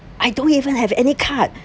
I don't even have any card